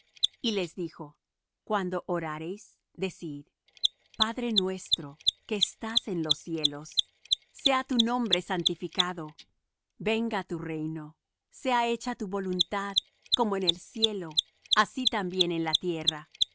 y les dijo cuando orareis decid padre nuestro que estás en los cielos sea tu nombre santificado venga tu reino sea hecha tu voluntad como en el cielo así también en la tierra